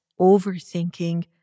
overthinking